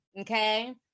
okay